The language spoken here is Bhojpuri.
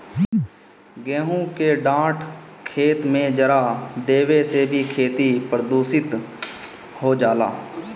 गेंहू के डाँठ खेत में जरा देवे से भी खेती प्रदूषित हो जाला